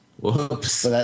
Whoops